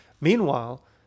Meanwhile